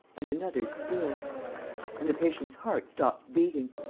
and another still and the patient's heart stops beating,